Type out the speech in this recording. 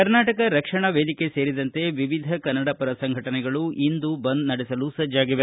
ಕರ್ನಾಟಕ ರಕ್ಷಣಾ ವೇದಿಕೆ ಸೇರಿದಂತೆ ವಿವಿಧ ಕನ್ನಡ ಸಂಘಟನೆಗಳು ಇಂದು ಬಂದ್ ನಡೆಸಲು ಸಜ್ಜಾಗಿವೆ